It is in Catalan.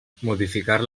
modificar